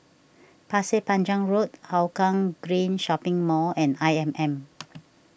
Pasir Panjang Road Hougang Green Shopping Mall and I M M